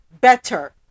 better